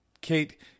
Kate